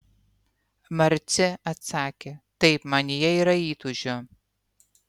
marcė atsakė taip manyje yra įtūžio